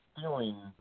feeling